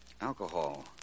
alcohol